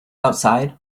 outside